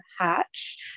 Hatch